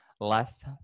less